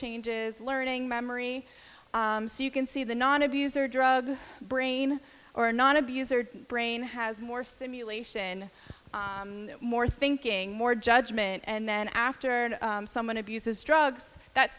changes learning memory so you can see the non abuser drug brain or not abuse or brain has more stimulation more thinking more judgment and then after someone abuses drugs that